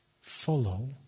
follow